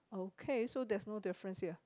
okay so there's no difference here